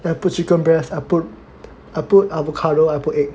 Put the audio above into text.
I put chicken breast I put avocado I put egg